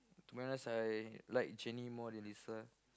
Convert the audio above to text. to be honest I like Jennie more than Lisa